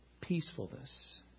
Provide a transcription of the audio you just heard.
peacefulness